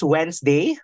Wednesday